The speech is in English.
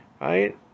right